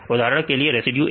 उदाहरण के लिए रेसिड्यू A